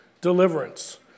deliverance